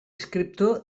escriptor